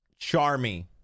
Charmy